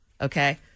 Okay